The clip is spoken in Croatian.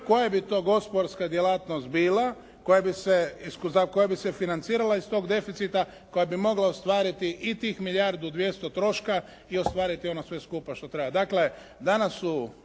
koja bi to gospodarska djelatnost bila koja bi se financirala iz tog deficita, koja bi mogla ostvariti i tih milijardu 200 troška i ostvariti ono sve skupa što treba.